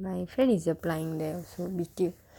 my friend is applying there also